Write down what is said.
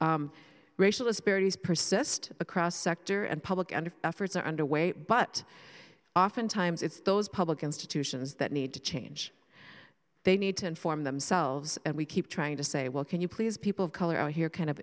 framing racial disparities persist across sector and public and efforts are underway but oftentimes it's those public institutions that need to change they need to inform themselves and we keep trying to say well can you please people of color are here kind of